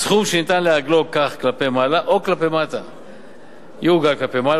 סכום שניתן לעגלו כך כלפי מעלה או כלפי מטה,